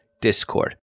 Discord